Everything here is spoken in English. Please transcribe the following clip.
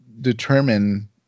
determine